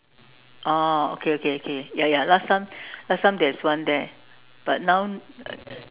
oh okay okay okay ya ya last time last time there was one there but now